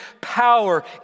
power